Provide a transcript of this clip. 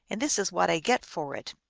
and this is what i get for it.